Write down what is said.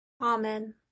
Amen